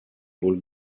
bulk